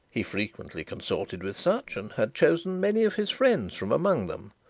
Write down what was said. he frequently consorted with such, and had chosen many of his friends from among them.